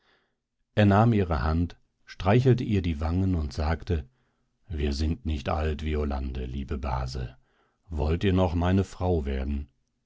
er nahm ihre hand streichelte ihr die wangen und sagte wir sind nicht alt violande liebe base wollt ihr noch meine frau werden